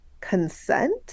consent